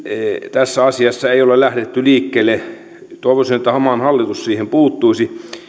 tässä asiassa ei ole lähdetty liikkeelle ja toivoisin että maan hallitus siihen puuttuisi